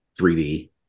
3D